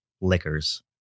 liquors